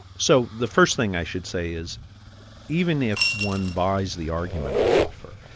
so the first thing i should say is even if one buys the argument i offer,